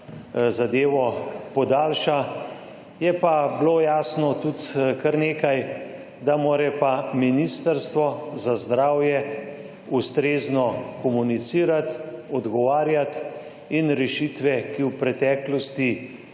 zadevo podaljša. Je pa bilo jasno tudi kar nekaj, da mora pa Ministrstvo za zdravje ustrezno komunicirati, odgovarjati in rešitve, ki v preteklosti